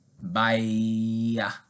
Bye